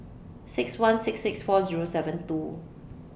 six one six six four Zero seven two